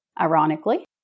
ironically